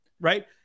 right